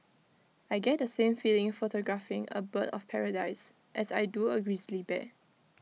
I get the same feeling photographing A bird of paradise as I do A grizzly bear